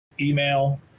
email